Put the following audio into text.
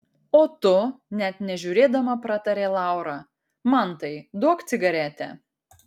o tu net nežiūrėdama pratarė laura mantai duok cigaretę